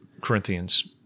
Corinthians